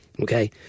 Okay